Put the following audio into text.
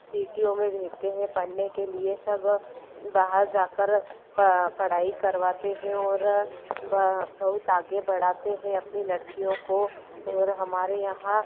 सीटियों में भेजते हैं पढ़ने के लिए सब बाहर जाकर पढ़ाई करवाते हैं और बहुत आगे बढ़ाते हैं अपनी लड़कियों को और हमारे यहाँ